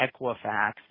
Equifax